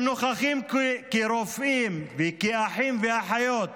הם נוכחים כרופאים, כאחים ואחיות